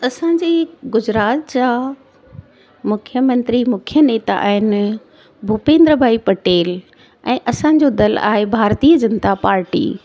असांजी गुजरात जा मुख्य मंत्री मुख्य नेता आहिनि भुपेंद्र भाई पटेल ऐं असांजो दल आहे भारतीय जनता पार्टी